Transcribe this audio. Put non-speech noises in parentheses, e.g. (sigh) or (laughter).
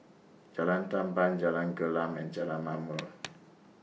Jalan Tamban Jalan Gelam and Jalan Ma'mor (noise)